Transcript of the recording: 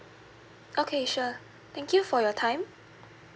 okay sure thank you for your time